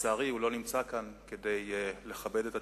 לצערי הוא לא נמצא כאן כדי לכבד את התשובה,